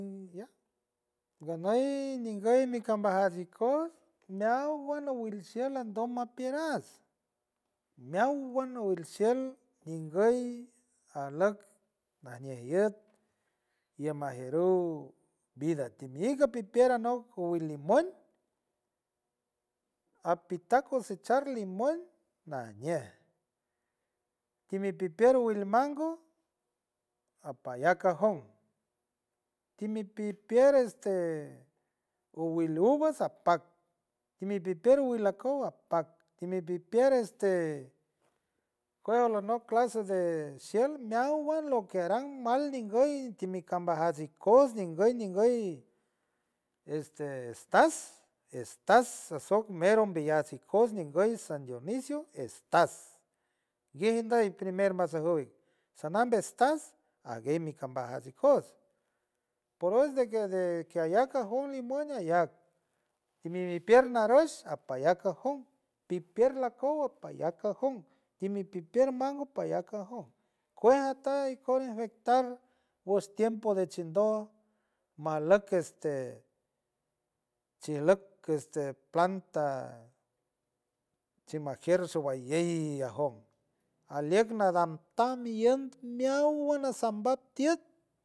Ya ganuy nguy nicambajat ikoots meowan iwal xiel ando ma pierants, meowan iwalxiel ngoy alock maya yut imajarut vida ti mi pipier alock wilimón apituck cocechar limón najñej timipipier wilmango apayack cajón timipipier este uwil uvas apack timipipier wil acow apack, timipipier este cucual no clase de xiel meowan lo que aran mal ngoy ni qui mi mbaj ikoots ngoy, ngoy este, estas, estas asok mero umbeyuts ikoots ngoy na san dionisio estas genda en priemer mazajuy nonap estas aguey nicambajat ikoots por hoy de que de que aya cajón limón ayack mi pierna arux ampaya cajón, pipierna acow apaya cajón, timipipier mango paya cajón, cueja esta y con afectar wostiempo de chindo, malaque este chilock este planta chimajier xowayey ajom alieck nadam tam meowan neosawan tiety.